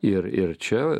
ir ir čia